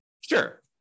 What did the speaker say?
Sure